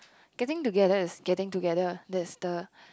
getting together is getting together that's the